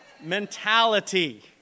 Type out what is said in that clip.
mentality